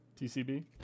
TCB